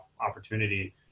opportunity